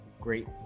great